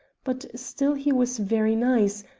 but still he was very nice,